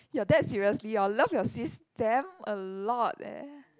your dad seriously hor love your sis damn a lot eh